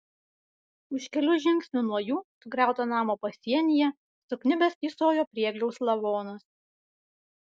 už kelių žingsnių nuo jų sugriauto namo pasienyje sukniubęs tysojo priegliaus lavonas